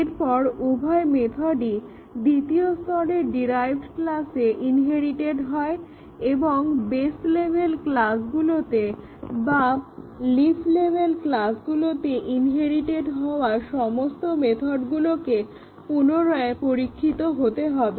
এরপর উভয় মেথডই দ্বিতীয় স্তরের ডিরাইভড ক্লাসে ইনহেরিটেড হয় এবং বেস লেভেল ক্লাসগুলোতে বা লিফ লেভেল ক্লাসগুলোতে ইনহেরিটেড হওয়া সমস্ত মেথডগুলোকে পুনরায় পরীক্ষিত হতে হবে